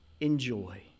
enjoy